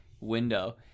window